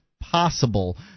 possible